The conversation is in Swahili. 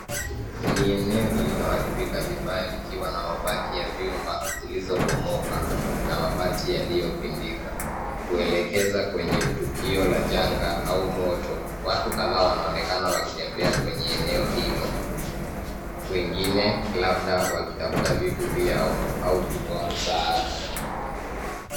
Ni eneo lililoharibika vibaya, likiwa na mabaki ya vyumba vilivyobomoka na mabati yaliyopindika, kuelekeza kwenye tukio la janga au moto. Watu kadhaa wanaonekana wakitembea kwenye eneo hilo, wengine labda wakitafuta vitu vyao au kutoa msaada.